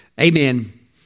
Amen